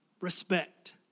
respect